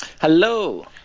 Hello